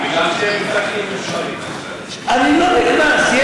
בגלל שהם, אני לא נכנס.